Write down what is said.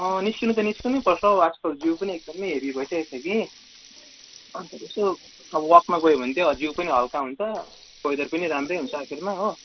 अँ निस्किनु त निस्किनै पर्छ हौ आजकल जिउ पनि एकदमै हेभी भइसकेको छ कि कि अन्त यसो अब वकमा गयो भने चाहिँ जिउ पनि हल्का हुन्छ वेदर पनि राम्रै हुन्छ आखिरमा हो